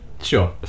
Sure